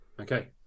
Okay